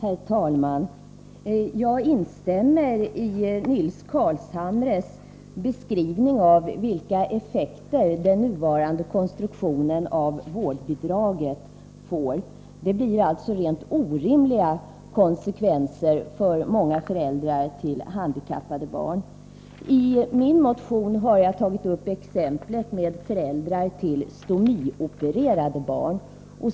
Herr talman! Jag instämmer i Nils Carlshamres beskrivning av vilka effekter den nuvarande konstruktionen av vårdbidraget får. Det leder alltså till rent orimliga konsekvenser för många föräldrar till handikappade barn. I min motion har jag tagit upp exemplet med föräldrar till stomiopererade barn.